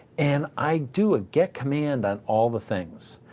and i do a get command on all the things,